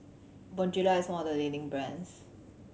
Bonjela is one of the leading brands